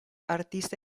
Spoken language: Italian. artista